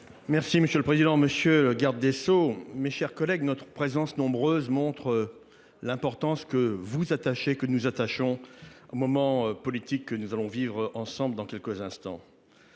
Monsieur le président, monsieur le garde des sceaux, mes chers collègues, notre présence nombreuse montre l’importance que chacun attache au moment politique que nous allons vivre ensemble dans quelques instants.